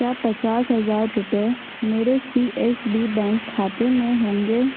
क्या पचास हज़ार रुपये मेरे सी एस बी बैंक खाते में होंगे